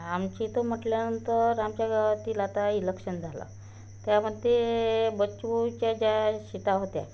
आमचे इथं म्हटल्यानंतर आमच्या गावातील आता इलक्षन झालं त्यामध्ये बच्चूच्या ज्या सीटा होत्या